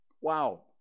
Wow